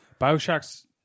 Bioshock's